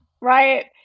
Right